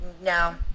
No